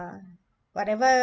uh whatever